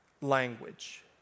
language